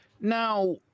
Now